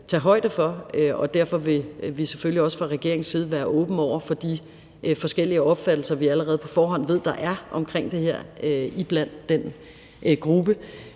tage højde for, og derfor vil vi selvfølgelig også fra regeringens side være åbne over for de forskellige opfattelser, vi allerede på forhånd ved der er af det her iblandt den gruppe.